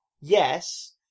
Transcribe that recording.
Yes